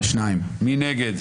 מי נגד?